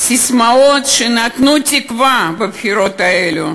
ססמאות שנתנו תקווה היו בבחירות האלה,